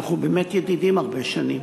אנחנו באמת ידידים הרבה שנים,